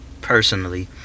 personally